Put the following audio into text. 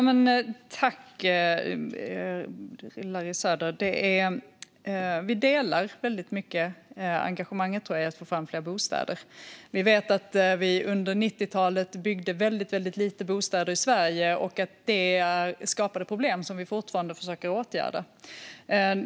Fru talman! Larry Söder och jag delar, tror jag, väldigt mycket engagemanget i att få fram fler bostäder. Vi vet att vi under 90-talet byggde väldigt lite bostäder i Sverige och att detta skapade problem som vi fortfarande försöker åtgärda.